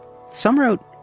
some wrote,